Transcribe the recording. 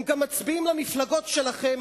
הם גם מצביעים למפלגות שלכם,